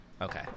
Okay